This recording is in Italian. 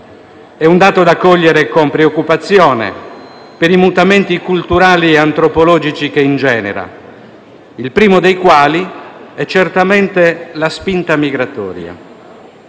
È un dato da cogliere con preoccupazione per i mutamenti culturali e antropologici che ingenera, il primo dei quali è certamente la spinta migratoria.